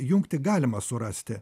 jungtį galima surasti